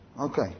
Okay